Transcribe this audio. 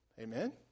Amen